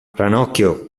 ranocchio